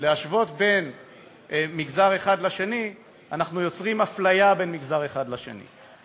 להשוות מגזר אחד לשני אנחנו יוצרים אפליה בין מגזר אחד לשני.